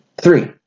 three